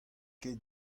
ket